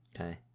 Okay